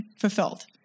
fulfilled